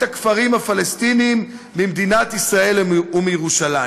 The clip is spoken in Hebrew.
הכפרים הפלסטיניים ממדינת ישראל ומירושלים.